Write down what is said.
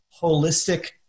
holistic